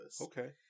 Okay